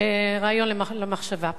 רעיון למחשבה.